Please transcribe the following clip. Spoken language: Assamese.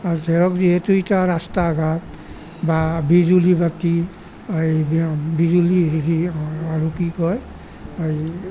ধৰক যিহেতু এতিয়া ৰাস্তা ঘাট বা বিজুলী বাতি এই বিজুলী হেৰি আৰু কি কয় এই